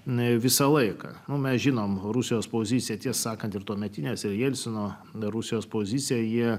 ne visą laiką o mes žinome rusijos poziciją ties sakant ir tuometinės ir jelcino rusijos poziciją jie